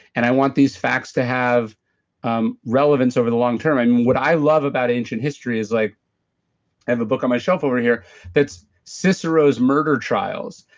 and i want these facts to have um relevance over the long term and what i love about ancient history is. i like have a book on my shelf over here that's cicero's murder trials,